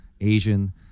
Asian